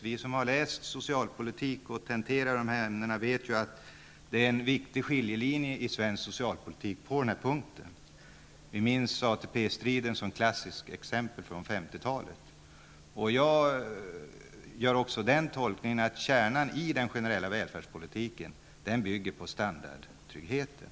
Vi som har läst socialpolitik och tenterat dessa ämnen vet att det går en viktig skiljelinje i svensk socialpolitik på denna punkt. Vi minns ATP-striden som ett klassiskt exempel från 50-talet. Jag gör också den tolkningen att kärnan i den generella välfärdspolitiken bygger på standardtryggheten.